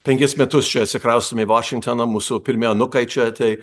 penkis metus čia atsikraustėme į vašingtoną mūsų pirmi anūkai čia tai